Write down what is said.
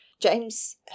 James